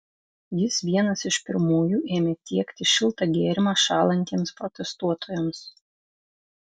jis vienas iš pirmųjų ėmė tiekti šiltą gėrimą šąlantiems protestuotojams